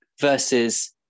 versus